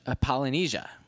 Polynesia